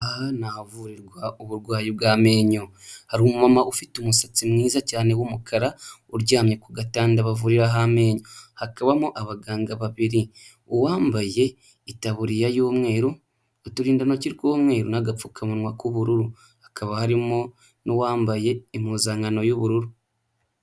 Aha ni ahavurirwa uburwayi bw'amenyo. Hari umumama ufite umusatsi mwiza cyane w'umukara, uryamye ku gatanda bavuriraho amenyo. Hakabamo abaganga babiri, uwambaye itaburiya y'umweru, uturindantoki tw'umweru n'agapfukamunwa k'ubururu. Hakaba harimo n'uwambaye impuzankano y'ubururu.